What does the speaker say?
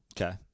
Okay